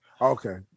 Okay